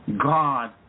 God